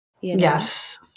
Yes